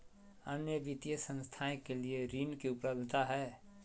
अन्य वित्तीय संस्थाएं के लिए ऋण की उपलब्धता है?